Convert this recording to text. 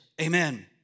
Amen